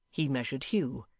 he measured hugh,